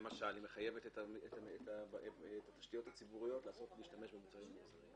הן מחייבות את התשתיות הציבוריות להשתמש במוצרים ממוחזרים.